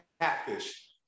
catfish